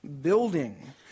building